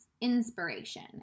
Inspiration